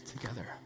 together